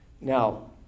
Now